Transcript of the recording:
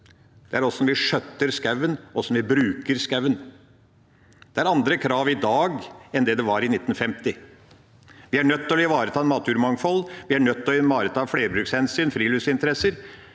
det er hvordan vi skjøtter skauen, hvordan vi bruker skauen. Det er andre krav i dag enn det var i 1950. Vi er nødt til å ivareta naturmangfold, vi er nødt til å ivareta flerbrukshensyn, bl.a. friluftsinteresser,